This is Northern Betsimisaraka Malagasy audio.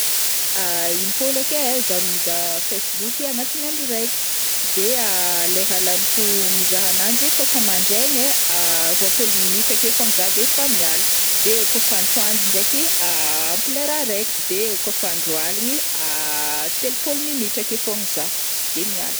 im-pôlo akeo zah mizaha Facebook agnatin'ny andro raiky, de lera laniko mizaha ananjy kaofa mandraingny ai roapôlo minitra akeo fogna zah de efa miala, de kaof antoandro ndraiky ampy lera araiky, de kaofa andro aligny telopôlo minitra akeo fogna zah de miala.